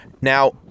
Now